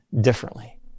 differently